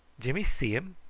jimmy see him.